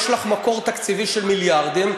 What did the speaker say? יש לך מקור תקציבי של מיליארדים,